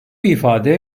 ifade